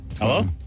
Hello